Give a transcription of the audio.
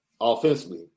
offensively